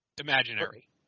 imaginary